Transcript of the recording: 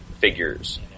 figures